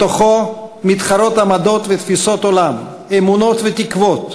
בתוכו מתחרות עמדות ותפיסות עולם, אמונות ותקוות,